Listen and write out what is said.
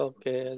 Okay